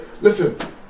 listen